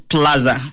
Plaza